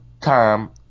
time